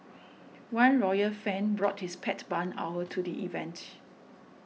one royal fan brought his pet barn owl to the event